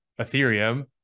Ethereum